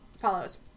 follows